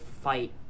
fight